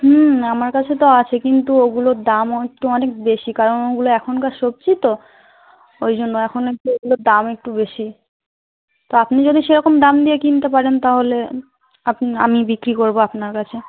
হুম আমার কাছে তো আছে কিন্তু ওগুলোর দামও একটু অনেক বেশি কারণ ওগুলো এখনকার সবজি তো ওই জন্য এখন একটু ওগুলোর দাম একটু বেশি তো আপনি যদি সেরকম দাম দিয়ে কিনতে পারেন তাহলে আপনি আমি বিক্রি করবো আপনার কাছে